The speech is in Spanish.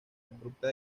abrupta